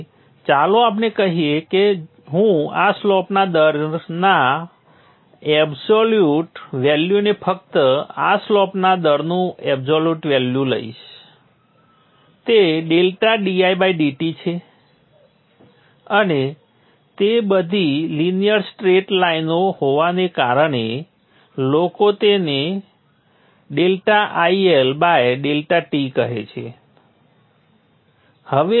તેથી ચાલો આપણે કહીએ કે હું આ સ્લોપના દરના અબ્સોલ્યુટ વેલ્યુને ફક્ત આ સ્લોપના દરનું અબ્સોલ્યુટ વેલ્યુ લઈશ તે ડેલ્ટા didt છે અને તે બધી લીનિયર સ્ટ્રેટ લાઈનઓ હોવાને કારણે લોકો તને ∆IL ∆T કહે છે